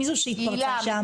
מי זו שהתפרצה שם?